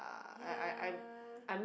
ya